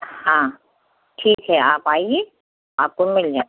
हाँ ठीक है आप आइए आपको भी मिल जाएँ